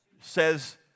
says